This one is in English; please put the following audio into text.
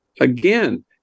Again